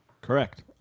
Correct